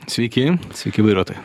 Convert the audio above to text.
sveiki sveiki vairuotojai